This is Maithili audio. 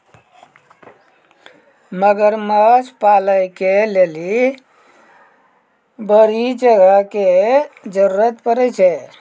मगरमच्छ पालै के लेली बड़ो जगह के जरुरत पड़ै छै